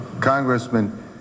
Congressman